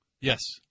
Yes